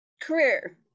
career